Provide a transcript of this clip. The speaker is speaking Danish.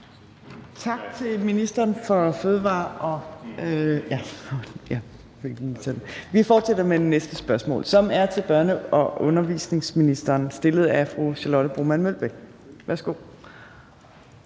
Tak til ministeren for fødevarer, landbrug og fiskeri. Vi fortsætter med det næste spørgsmål, som er til børne- og undervisningsministeren, stillet af fru Charlotte Broman Mølbæk.